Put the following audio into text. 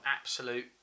absolute